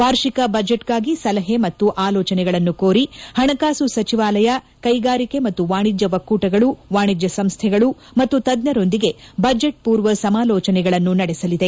ವಾರ್ಷಿಕ ಬಜೆಟ್ಗಾಗಿ ಸಲಹೆ ಮತ್ತು ಆಲೋಚನೆಗಳನ್ನು ಕೋರಿ ಹಣಕಾಸು ಸಚಿವಾಲಯ ಕೈಗಾರಿಕೆ ಮತ್ತು ವಾಣಿಜ್ಯ ಒಕ್ಕೂಟಗಳು ವಾಣಿಜ್ಯ ಸಂಸ್ಥೆಗಳು ಮತ್ತು ತಜ್ಞರೊಂದಿಗೆ ಬಜೆಟ್ ಪೂರ್ವ ಸಮಾಲೋಚನೆಗಳನ್ನು ನಡೆಸಲಿದೆ